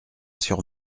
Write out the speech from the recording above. sur